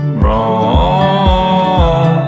wrong